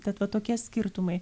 tad va tokie skirtumai